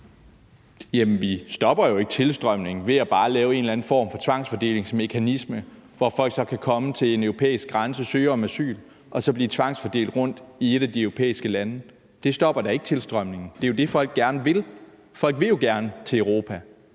(DF): Vi stopper jo ikke tilstrømningen ved bare at lave en eller anden form for tvangsfordelingsmekanisme, hvor folk så kan komme til en europæisk grænse, søge om asyl og så blive tvangsfordelt rundt i et af de europæiske lande. Det stopper da ikke tilstrømningen. Det er jo det, folk gerne vil. Folk vil gerne til Europa.